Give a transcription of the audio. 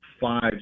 five